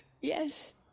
yes